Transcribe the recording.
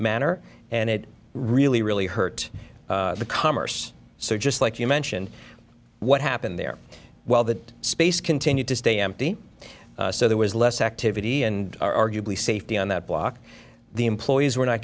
manner and it really really hurt the commerce so just like you mention what happened there while that space continued to stay empty so there was less activity and arguably safety on that block the employees were not